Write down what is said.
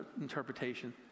interpretation